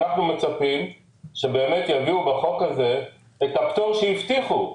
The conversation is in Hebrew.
אנחנו מצפים שבאמת יביאו בחוק הזה את הפטור שהבטיחו,